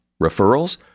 Referrals